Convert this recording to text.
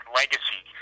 legacy